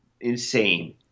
insane